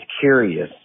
curious